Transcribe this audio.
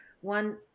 one